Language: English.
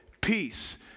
peace